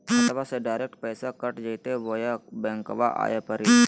खाताबा से डायरेक्ट पैसबा कट जयते बोया बंकबा आए परी?